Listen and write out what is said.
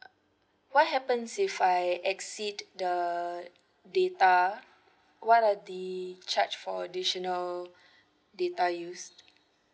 what happens if I exceed the data what are the charge for additional data use